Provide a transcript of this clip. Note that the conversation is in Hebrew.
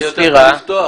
שיהיה יותר קל לפתוח?